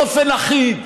באופן אחיד,